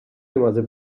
rimase